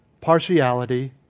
partiality